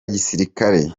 gisirikare